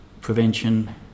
prevention